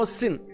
sin